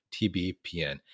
TBPN